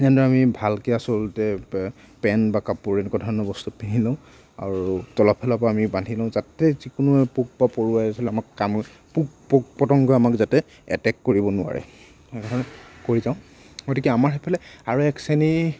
যেনদৰে আমি ভালকৈ আচলতে পেন বা কাপোৰ এনেকুৱা ধৰণৰ বস্তু পিন্ধি লওঁ আৰু তলৰ ফালৰ পৰা আমি বান্ধি লওঁ যাতে যিকোনো পোক বা পৰুৱাই আচলতে আমাক কামুৰিব পোক পোক পতংগই আমাক যাতে এটেক কৰিব নোৱাৰে এনেধৰণৰ কৰি যাওঁ গতিকে আমাৰ সেইফালে আৰু এক শ্ৰেণীৰ